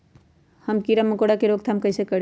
हम किरा मकोरा के रोक थाम कईसे करी?